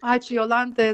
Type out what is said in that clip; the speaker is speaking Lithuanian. ačiū jolanta